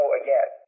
again